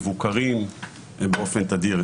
מבוקרים באופן תדיר.